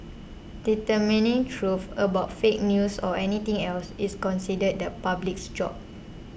determining truth about fake news or anything else is considered the public's job